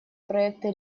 проекты